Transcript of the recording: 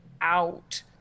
out